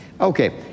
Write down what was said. Okay